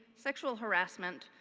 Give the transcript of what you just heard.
sexual harassment,